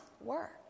work